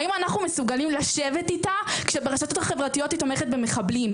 האם אנחנו מסוגלים לשבת איתה כשברשתות החברתיות היא תומכת במחבלים?